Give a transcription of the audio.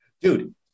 dude